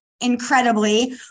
incredibly